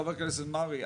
חבר הכנסת מרעי,